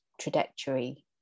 trajectory